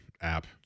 app